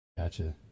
Gotcha